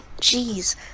jeez